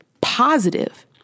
positive